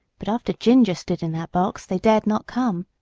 but after ginger stood in that box they dared not come,